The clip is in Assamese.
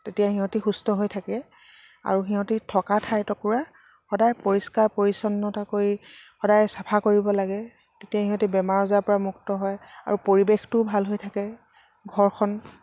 তেতিয়া সিহঁতে সুস্থ হৈ থাকে আৰু সিহঁতে থকা ঠাই টুকুৰা সদায় পৰিষ্কাৰ পৰিচ্ছন্নতা কৰি সদায় চাফা কৰিব লাগে তেতিয়া সিহঁতে বেমাৰ আজাৰ পৰা মুক্ত হয় আৰু পৰিৱেশটোও ভাল হৈ থাকে ঘৰখন